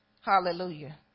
Hallelujah